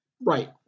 right